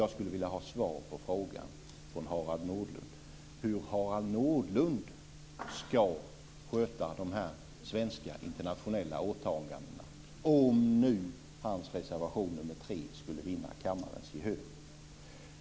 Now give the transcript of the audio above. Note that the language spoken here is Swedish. Jag skulle vilja ha svar på frågan hur Harald Nordlund skulle sköta Sveriges internationella åtaganden om hans reservation nr 3 skulle vinna kammarens gehör.